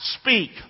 speak